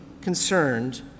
concerned